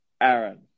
Aaron